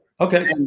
Okay